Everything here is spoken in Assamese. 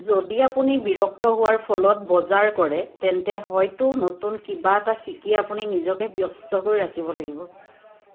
যদি আপুনি বিৰক্ত হোৱাৰ ফলত বজাৰ কৰে তেন্তে হয়তো নতুন কিবা এটা শিকি আপুনি নিজকে ব্যস্ত কৰি ৰাখিব লাগিব